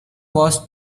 was